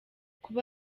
kuba